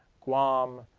guam,